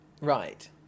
Right